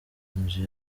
nzu